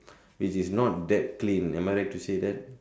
it is not very clean am I right to say that